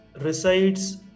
resides